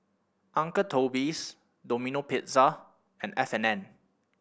Uncle Toby's Domino Pizza and F and N